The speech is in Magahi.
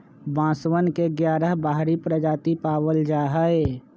बांसवन के ग्यारह बाहरी प्रजाति पावल जाहई